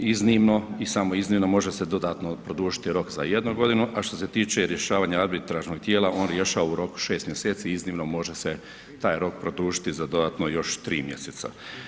Iznimno i samo iznimno može se dodatno produžiti rok za 1 godinu, a što se tiče rješavanja arbitražnog tijela, on rješava u roku 6 mjeseci, iznimno, može se taj rok produžiti za dodatno još 3 mjeseca.